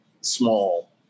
small